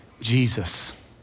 Jesus